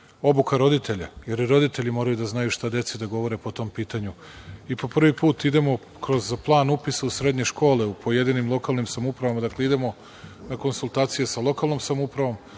obuka roditelja, jer i roditelji moraju da znaju šta deci da govore po tom pitanju. Prvi put idemo kroz plan upisa u srednje škole u pojedinim lokalnim samoupravama, dakle, idemo na konsultacije sa lokalnom samoupravom,